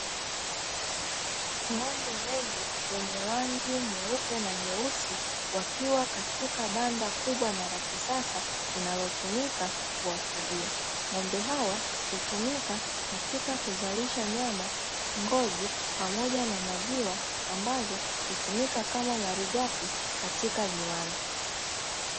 Ng`ombe wengi wenye rangi nyeupe na nyeusi wakiwa katika banda kubwa na la kisasa linalotumika kuwafugia. Ng`ombe hawa hutumika katika kuzalisha nyama, ngozi pamoja na maziwa ambazo hutumika kama malighafi katika viwanda.